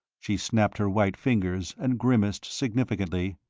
she snapped her white fingers and grimaced significantly.